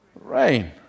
Rain